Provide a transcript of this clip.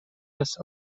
است